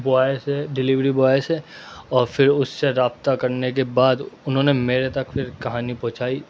boy سے delivery boy سے اور پھر اس سے رابطہ کرنے کے بعد انہوں نے میرے تک پھر کہانی پہنچائی